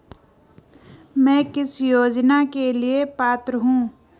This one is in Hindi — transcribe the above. मैं किस योजना के लिए पात्र हूँ?